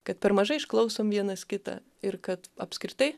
kad per mažai išklausom vienas kitą ir kad apskritai